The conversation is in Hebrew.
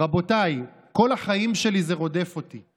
רבותיי, כל החיים שלי זה רודף אותי.